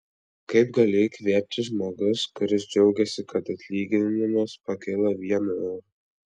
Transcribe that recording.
kaip gali įkvėpti žmogus kuris džiaugiasi kad atlyginimas pakilo vienu euru